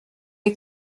est